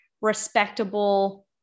respectable